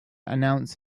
announce